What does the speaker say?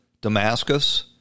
damascus